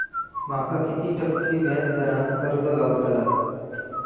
माका किती टक्के व्याज दरान कर्ज गावतला?